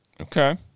Okay